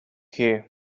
here